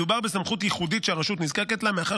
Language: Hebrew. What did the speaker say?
מדובר בסמכות ייחודית שהרשות נזקקת לה מאחר